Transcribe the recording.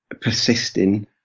persisting